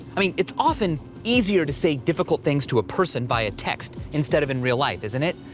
i mean, it's often easier to say difficult things to a person by a text instead of in real life, isn't it?